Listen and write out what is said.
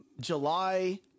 July